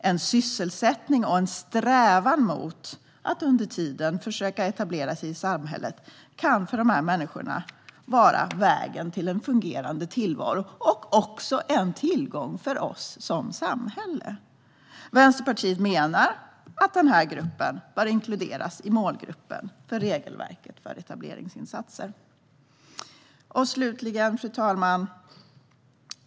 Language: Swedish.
En sysselsättning och en strävan efter att under tiden försöka etablera sig i samhället kan för dessa människor vara vägen till en fungerande tillvaro. Det kan också vara en tillgång för oss som samhälle. Vänsterpartiet menar att denna grupp bör inkluderas i målgruppen för regelverket för etableringsinsatser. Fru talman!